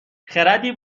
خردی